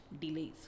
delays